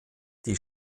die